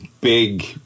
big